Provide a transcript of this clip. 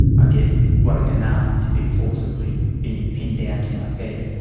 i get woken up to be forcibly being pinned down to my bed,